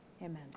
amen